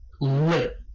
lit